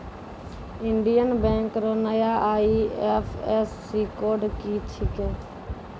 Indian bank रो नया IFSC code की छिकै